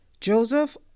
Joseph